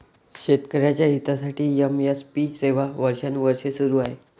शेतकऱ्यांच्या हितासाठी एम.एस.पी सेवा वर्षानुवर्षे सुरू आहे